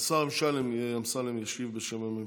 השר אמסלם ישיב בשם הממשלה.